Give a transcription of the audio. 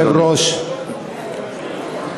כבוד היושב-ראש,